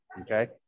okay